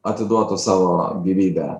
atiduotų savo gyvybę